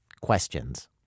questions